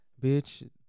bitch